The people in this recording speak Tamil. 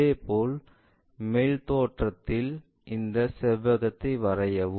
இதேபோல் மேல் தோற்றம் இல் இந்த செவ்வகத்தை வரையவும்